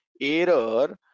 error